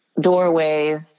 doorways